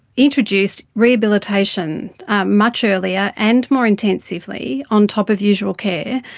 introduced rehabilitation much earlier and more intensively on top of usual care,